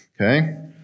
Okay